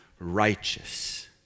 righteous